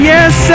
Yes